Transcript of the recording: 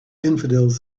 infidels